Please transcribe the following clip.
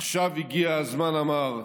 עכשיו הגיע הזמן, אמר,